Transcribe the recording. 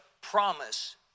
promise